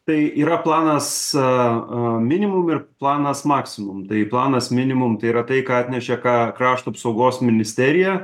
tai yra planas a a minimum ir planas maksimum tai planas minimum tai yra tai ką atnešė ką krašto apsaugos ministerija